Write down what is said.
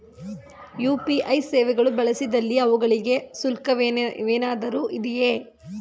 UPI ಸೇವೆಗಳು ಬಳಸಿದಲ್ಲಿ ಅವುಗಳಿಗೆ ಶುಲ್ಕವೇನಾದರೂ ಇದೆಯೇ?